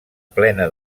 plena